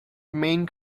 main